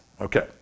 Okay